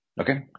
Okay